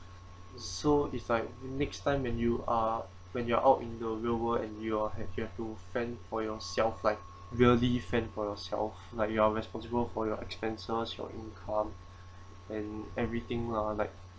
so it's like next time when you are when you are out in the real world and you are you have to fend for yourself like really fend for yourself like you are responsible for your expenses your income and everything lah like